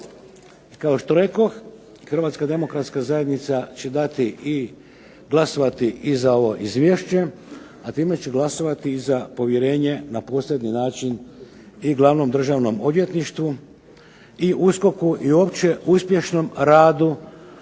Kao što rekoh HDZ će dati i glasovati i za ovo izvješće, a time će glasovati i za povjerenje na posredni način i Glavnom državnom odvjetništvu i USKOK-u i uopće uspješnom radu